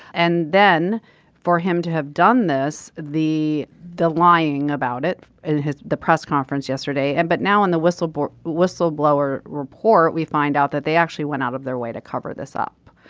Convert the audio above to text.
and then for him to have done this the the lying about it in the press conference yesterday and but now on the whistleblower whistleblower report we find out that they actually went out of their way to cover this up.